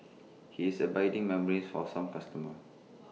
he has abiding memories for some customers